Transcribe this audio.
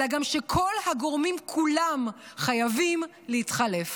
אלא שגם כל הגורמים כולם חייבים להתחלף.